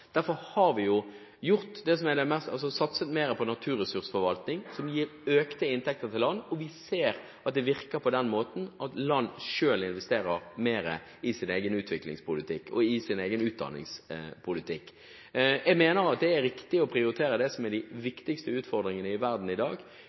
Derfor har vi satset mer på naturressursforvaltning, som gir økte inntekter til land. Vi ser at det virker på den måten at land selv investerer mer i sin egen utviklingspolitikk og i sin egen utdanningspolitikk. Jeg mener det er riktig å prioritere det som er de